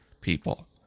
people